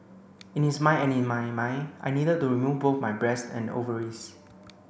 in his mind and in my mind I needed to remove both my breasts and ovaries